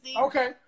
Okay